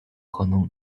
可能